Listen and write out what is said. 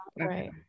right